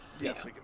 Yes